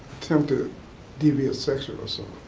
attempted deviate sexual assault.